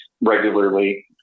regularly